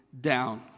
down